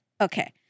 Okay